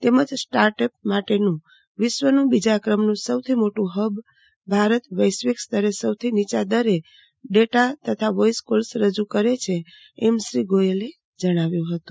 તેમજ startups માટેનું વિશ્વનું બીજા ક્રમનું સૌથી મોટું હબ ભારત વૈશ્વિક સ્તરે સૌથી નીયા દરે ડેટા તથા વોઈસ કોલ્સ રજુ કરે છે એમ શ્રી ગોયલે જણાવ્યું હતું